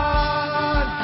God